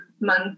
month